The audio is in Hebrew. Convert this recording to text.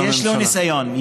אז יש לו ניסיון.